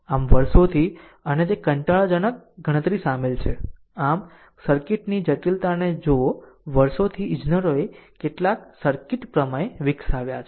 આમ વર્ષોથી અને તે એક કંટાળાજનક ગણતરી શામેલ છે આમ સર્કિટની જટિલતાને જોવો વર્ષોથી ઇજનેરોએ કેટલાક સર્કિટ પ્રમેય વિકસાવ્યા છે